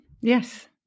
Yes